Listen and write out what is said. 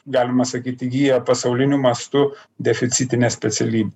galima sakyt įgija pasauliniu mastu deficitinę specialybę